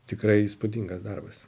tikrai įspūdingas darbas